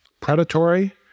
predatory